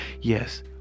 yes